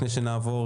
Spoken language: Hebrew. לפני שנעבור